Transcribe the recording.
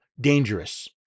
dangerous